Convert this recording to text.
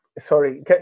sorry